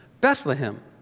Bethlehem